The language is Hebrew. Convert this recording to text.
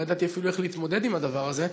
לא ידעתי אפילו איך להתמודד עם הדבר הזה,